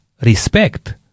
respect